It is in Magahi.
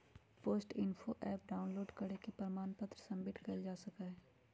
पोस्ट इन्फो ऍप डाउनलोड करके प्रमाण पत्र सबमिट कइल जा सका हई